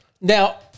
Now